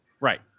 Right